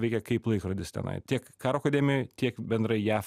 veikia kaip laikrodis tenai tiek karo akademijoj tiek bendrai jav